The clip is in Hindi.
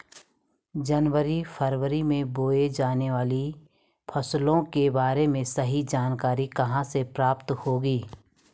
जनवरी फरवरी में बोई जाने वाली फसलों के बारे में सही जानकारी कहाँ से प्राप्त होगी?